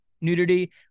nudity